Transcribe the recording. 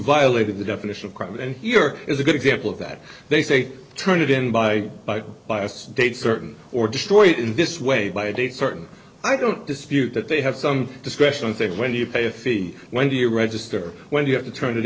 violated the definition of crime and here is a good example of that they say turn it in by by by a date certain or destroyed in this way by a date certain i don't dispute that they have some discretion and say well you pay a fee when you register when you have to turn it